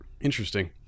Interesting